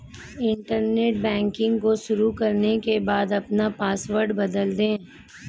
internet banking को शुरू करने के बाद अपना पॉसवर्ड बदल दे